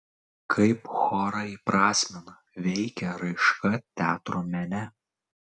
kaip chorą įprasmina veikia raiška teatro mene